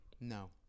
No